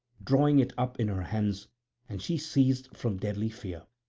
drawing it up in her hands and she ceased from deadly fear.